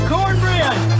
Cornbread